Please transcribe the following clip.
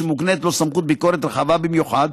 שמוקנית לו סמכות ביקורת רחבה במיוחד,